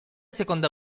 seconda